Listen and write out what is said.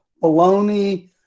bologna